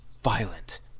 Violent